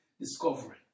discovery